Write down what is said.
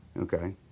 Okay